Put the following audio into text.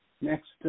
next